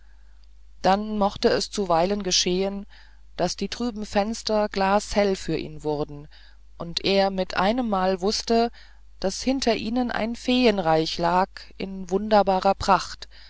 dann mochte es zuweilen geschehen daß die trüben fenster glashell für ihn wurden und er mit einemmal wußte daß hinter ihnen ein feenreich lag in wundersamer pracht